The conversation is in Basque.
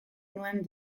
nuen